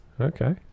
Okay